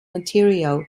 material